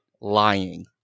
Lying